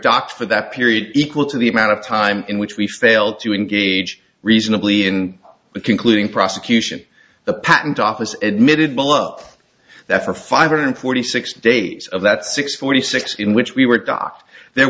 docked for that period equal to the amount of time in which we fail to engage reasonably in concluding prosecution the patent office admittedly looks that for five hundred forty six days of that six forty six in which we were docked there